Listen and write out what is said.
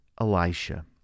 Elisha